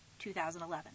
2011